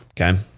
Okay